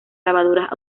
lavadoras